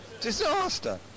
Disaster